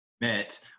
met